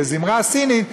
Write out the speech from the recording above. לזמרה סינית,